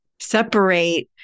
separate